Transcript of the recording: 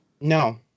No